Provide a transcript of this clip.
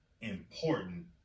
important